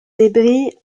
débris